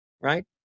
Right